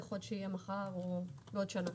יכול שיהיה מחר או בעוד שנה.